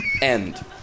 End